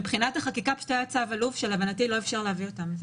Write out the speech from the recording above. מבחינת החקיקה פשוט היה צו אלוף שלהבנתי לא אפשר להביא אותם.